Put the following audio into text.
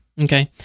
Okay